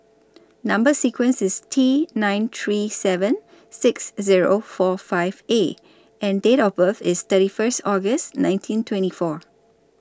Number sequence IS T nine three seven six Zero four five A and Date of birth IS thirty First August nineteen twenty four